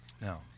Now